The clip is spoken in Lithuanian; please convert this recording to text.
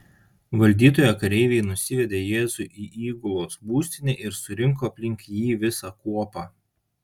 valdytojo kareiviai nusivedė jėzų į įgulos būstinę ir surinko aplink jį visą kuopą